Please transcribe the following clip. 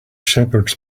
shepherds